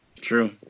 True